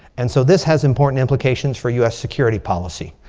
and so this has important implications for us security policy.